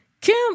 Kim